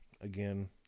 again